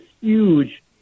huge